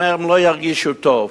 הוא אומר: הם לא ירגישו טוב.